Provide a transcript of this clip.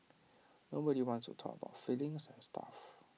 nobody wants to talk about feelings and stuff